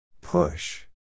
Push